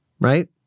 right